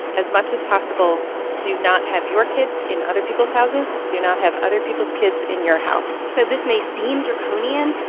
as much as possible, do not have your kids in other people's houses. do not have other people's kids in your house so this may seem draconian,